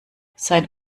sein